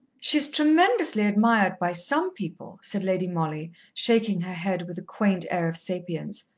she's tremendously admired by some people, said lady mollie, shaking her head with a quaint air of sapience.